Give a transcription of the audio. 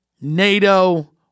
NATO